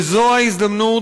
וזו ההזדמנות,